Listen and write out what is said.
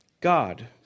God